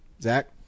Zach